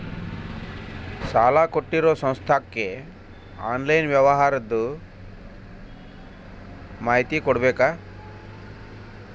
ಸಾಲಾ ಕೊಟ್ಟಿರೋ ಸಂಸ್ಥಾಕ್ಕೆ ಆನ್ಲೈನ್ ವ್ಯವಹಾರದ್ದು ಮಾಹಿತಿ ಕೊಡಬೇಕಾ?